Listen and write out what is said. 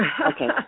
okay